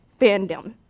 fandom